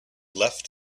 left